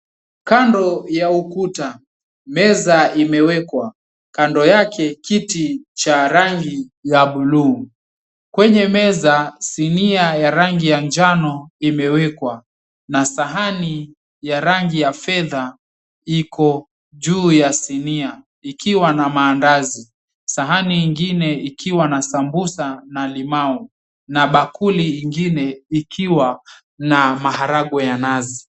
Kando ya ukuta, meza imewekwa, kando yake kiti cha rangi ya buluu, kwenye meza sinia ya rangi ya njano imewekwa na sahani ya rangi ya fedha iko juu ya sinia ikiwa na mandazi. Sahani ingine ikiwa na sambusa na limau na bakuli ingine ikiwa na maharagwe ya nazi.